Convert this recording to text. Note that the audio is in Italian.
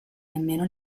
nemmeno